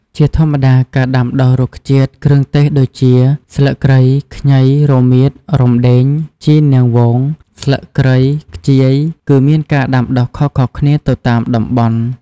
ជាធម្មតាការដាំដុះរុក្ខជាតិគ្រឿងទេសដូចជា ស្លឹកគ្រៃ ខ្ញី រមៀត រំដេង ជីរនាងវង ស្លឹកគ្រៃ ខ្ជាយ គឺមានការដាំដុះខុសៗគ្នាទៅតាមតំបន់។